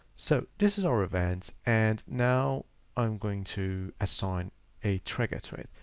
so this is our events. and now i'm going to assign a trigger to it.